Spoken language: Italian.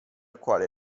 quale